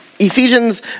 Ephesians